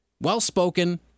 Well-spoken